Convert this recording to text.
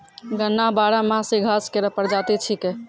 गन्ना बारहमासी घास केरो प्रजाति छिकै